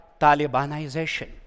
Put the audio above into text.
Talibanization